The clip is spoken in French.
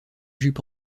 jupe